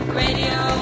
radio